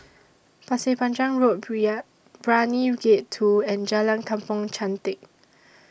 Pasir Panjang Road Brani Gate two and Jalan Kampong Chantek